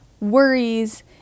worries